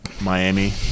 Miami